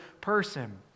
person